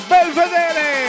Belvedere